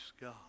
God